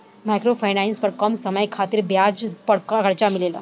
micro finance पर कम समय खातिर ब्याज पर कर्जा मिलेला